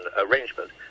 arrangement